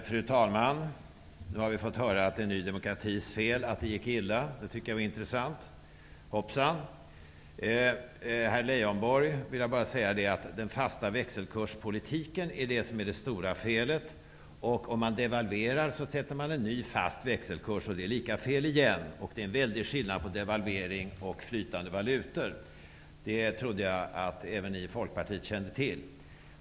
Fru talman! Nu har vi fått höra att det är Ny demokratis fel att det gick illa. Det var intressant, hoppsan. Till herr Leijonborg vill jag säga att den fasta växelkurspolitiken är det som är det stora felet. Om man devalverar, sätter man en ny fast växelkurs, och det är lika fel igen. Det är en väldig skillnad på devalvering och flytande valutor. Det trodde jag att även ni i Folkpartiet kände till.